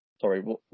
Sorry